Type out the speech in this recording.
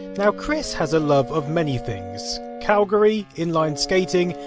now chris has a love of many things. calgary, inline skating,